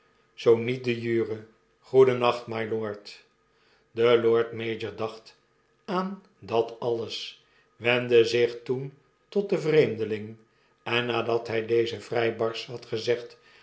zoo niet de jure goedennacht mylord de lord mayor dacht aan dat alles wendde zich toen tot den vreemdeling en nadat hij dezen vrij barsch had gezegd